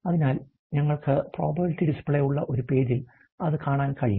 അതിനാൽ ഞങ്ങൾക്ക് പ്രോബബിലിറ്റി ഡിസ്പ്ലേയുള്ള ഒരു പേജിൽ അത് കാണാൻ കഴിയും